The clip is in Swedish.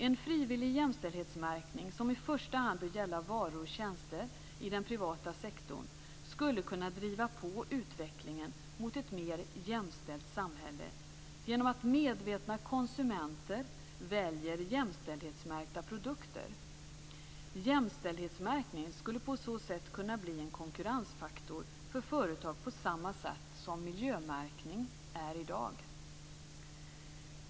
En frivillig jämställdhetsmärkning som i första hand bör gälla varor och tjänster i den privata sektorn skulle kunna driva på utvecklingen mot ett mer jämställt samhälle genom att medvetna konsumenter väljer jämställdhetsmärkta produkter. Jämställdhetsmärkning skulle på så sätt kunna bli en konkurrensfaktor för företag på samma sätt som miljömärkning är i dag.